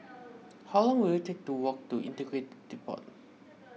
how long will it take to walk to Integrated Depot